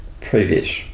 Previous